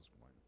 one